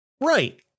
Right